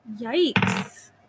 Yikes